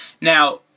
Now